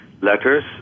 letters